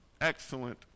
excellent